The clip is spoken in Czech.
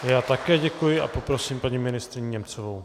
Já také děkuji a prosím paní ministryni Němcovou.